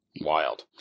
Wild